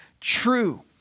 true